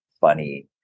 funny